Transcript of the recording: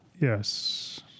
Yes